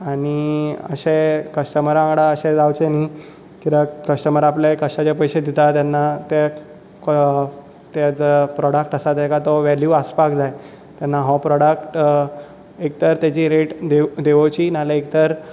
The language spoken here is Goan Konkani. आनी अशें कस्टमरा वांगडा अशें जावचें न्ही कित्याक कस्टमर आपले कश्टाचे पयशे दिता तेन्ना तेचो जो प्रोडक्ट आसा तेचो वेल्यू आसपाक जाय तेन्ना हो प्रोडक्ट एक तर तेची रॅट देंवोवची नाजाल्यार